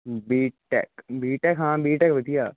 BTech BTech ਹਾਂ BTech ਵਧੀਆ